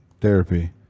therapy